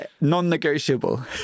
non-negotiable